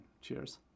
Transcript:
Cheers